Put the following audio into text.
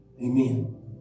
Amen